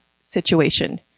situation